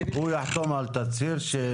הוא יחתום על תצהיר ש...